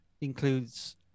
includes